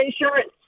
insurance